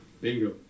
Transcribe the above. Bingo